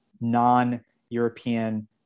non-European